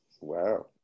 Wow